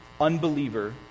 unbeliever